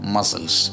Muscles